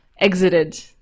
exited